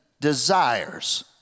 desires